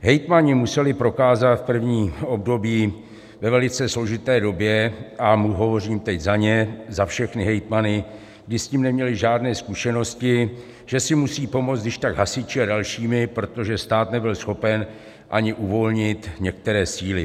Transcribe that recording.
Hejtmani museli prokázat v prvním období, ve velice složité době, a hovořím teď za ně, za všechny hejtmany, kdy s tím neměli žádné zkušenosti, že si musejí pomoci když tak hasiči a dalšími, protože stát nebyl schopen ani uvolnit některé síly.